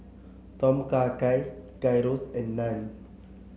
Tom Kha Gai Gyros and Naan